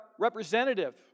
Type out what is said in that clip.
representative